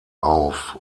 auf